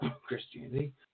Christianity